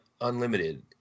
unlimited